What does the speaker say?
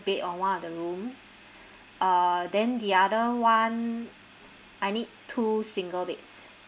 bed on one of the rooms uh then the other one I need two single beds